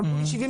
אמרו לי 75